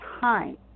time